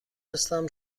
هستم